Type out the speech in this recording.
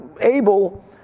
able